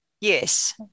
Yes